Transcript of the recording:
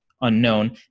unknown